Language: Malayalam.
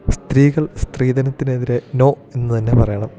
സ്ത്രീകൾ സ്ത്രീധനത്തിന് എതിരെ നോ എന്ന് തന്നെ പറയണം